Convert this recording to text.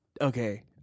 Okay